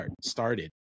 started